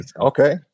okay